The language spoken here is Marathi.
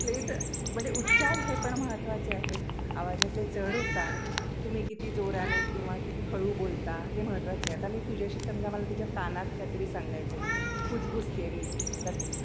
प्लेत म्हणजे उच्चार हे पण महत्त्वाचे आहेत आवाजातले चढ उतार तुम्ही किती जोराने किंवा किती हळू बोलता ते महत्त्वाचे आता मी तुझ्याशी समजा मला तुझ्या कानात काहीतरी सांगायचं आहे कुजबुजते आहे मी तर